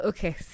Okay